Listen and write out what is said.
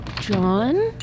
John